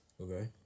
Okay